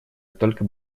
только